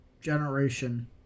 generation